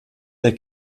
der